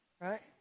right